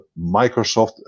Microsoft